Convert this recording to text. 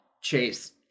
chase